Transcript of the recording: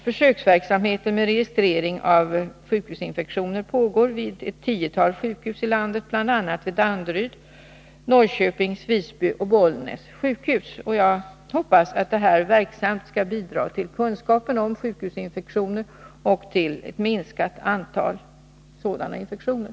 Försöksverksamheten med registrering av sjukhusinfektioner pågår vid ett tiotal sjukhus i landet, bl.a. vid Danderyds, Norrköpings, Visby och Bollnäs sjukhus. Jag hoppas att denna verksamhet skall bidra till kunskapen om sjukhusinfektioner och till ett minskat antal sådana infektioner.